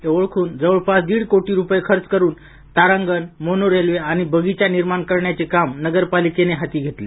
हे ओळखून जवळपास दीड कोटी रुपये खर्चून तारांगण मोनो रेल्वे आणि बगीचा निर्माण करण्याचे काम नगर पालिकेने हाती घेतले